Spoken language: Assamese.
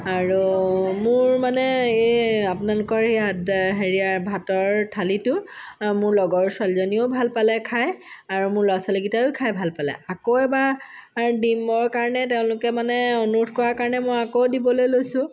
আৰু মোৰ মানে এই আপোনালোকৰ ইয়াত হেৰিয়াৰ ভাতৰ থালীটো মোৰ লগৰ ছোৱালীজনীয়েও ভাল পালে খাই আৰু মোৰ ল'ৰা ছোৱালীকেইটায়ো খাই ভাল পালে আকৌ এবাৰ দিমৰ কাৰণে তেওঁলোকে মানে অনুৰোধ কৰাৰ কাৰণে মই আকৌ দিবলৈ লৈছোঁ